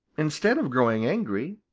instead of growing angry,